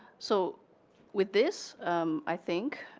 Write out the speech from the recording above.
so with this i think